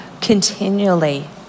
continually